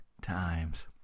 times